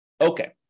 Okay